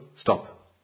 stop